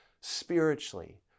spiritually